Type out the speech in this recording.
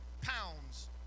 pounds